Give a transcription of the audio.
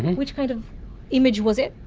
which kind of image was it?